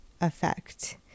effect